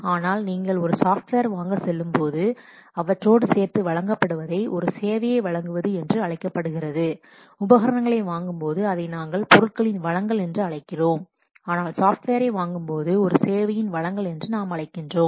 ஆனால் நீங்கள் ஒரு சாஃப்ட்வேர் வாங்க செல்லும் போது அவற்றோடு சேர்த்து வழங்கப்படுவதை ஒரு சேவையை வழங்குவது என்று அழைக்கப்படுகிறது உபகரணங்களை வாங்கும்போது அதை நாங்கள் பொருட்களின் வழங்கல் என்று அழைக்கிறோம் ஆனால் சாஃப்ட்வேரை வாங்கும்போது ஒரு சேவையின் வழங்கல் என்று நாம் அழைக்கிறோம்